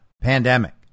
pandemic